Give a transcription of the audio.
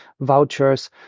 vouchers